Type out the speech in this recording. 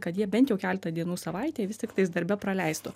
kad jie bent jau keletą dienų savaitėj vis tiktais darbe praleistų